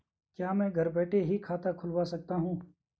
क्या मैं घर बैठे ही खाता खुलवा सकता हूँ?